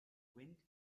wind